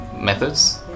methods